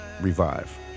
revive